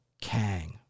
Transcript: Kang